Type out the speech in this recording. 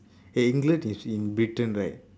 eh england is in britain right